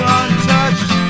untouched